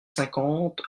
cinquante